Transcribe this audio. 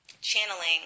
channeling